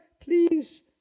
please